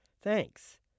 Thanks